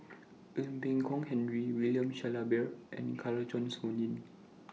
Ee Boon Kong Henry William Shellabear and Kanwaljit Soin